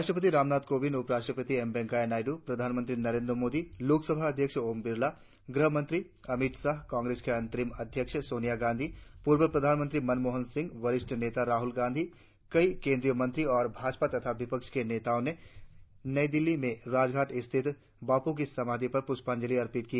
राष्ट्रपति रामनाथ कोविंद उपराष्ट्रपति एम वेंकैया नायडू प्रधानमंत्री नरेंद्र मोदी लोकसभा अध्यक्ष ओम बिड़ला गृहमंत्री अमित शाह कांग्रेस की अंतरिम अध्यक्ष सोनिया गांधी पूर्व प्रधानमंत्री मनमोहन सिंह वरिष्ठ नेता राहुल गांधी कई केंद्रीय मंत्रियों और भाजपा तथा विपक्ष के नेताओं ने नई दिल्ली में राजघाट स्थित बापू की समाधि पर पुष्पाजंलि अर्पित की